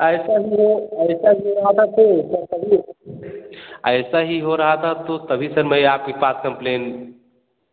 ऐसा ही है ऐसा ही है यहाँ तक कि सर कभी ऐसा ही हो रहा था तो तभी से मैं आपके पास कम्प्लेन